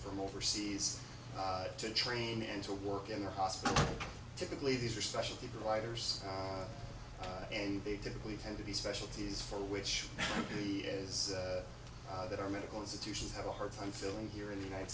from overseas to train and to work in their hospital typically these are specialty providers and they typically tend to be specialties for which franklyh that are medical institutions have a hard time filling here in the united